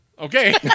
Okay